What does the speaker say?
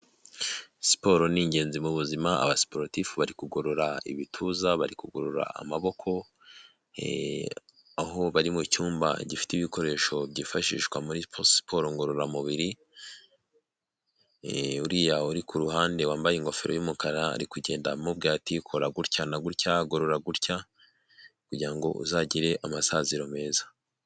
Siporo ni ingenzi mu buzima, abasiporotifu bari kugorora ibituza, bari kugorora amaboko aho bari mucyumba gifite ibikoresho byifashishwa muri siporo ngororamubiri, uriya uri kuruhande wambaye ingofero y'umukara ari kugenda amubwira ati kora gutya na gutya gorora gutya kugira ngo uzagire amasaziro meza.